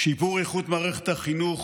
שיפור איכות מערכת החינוך,